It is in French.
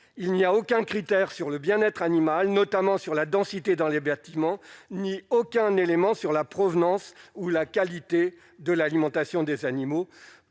il n'y a aucun critère sur le bien-être animal, notamment sur la densité dans les bâtiments, ni aucun élément sur la provenance ou la qualité de l'alimentation des animaux